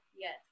Yes